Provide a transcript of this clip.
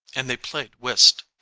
and they played whist.